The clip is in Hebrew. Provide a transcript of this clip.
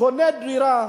שקונה דירה,